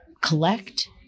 collect